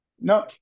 No